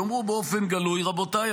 יאמרו באופן גלוי: רבותיי,